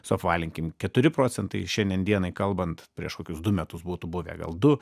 suapvalinkim keturi procentai šiandien dienai kalbant prieš kokius du metus būtų buvę gal du